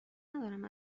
ندارم